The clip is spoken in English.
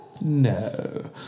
No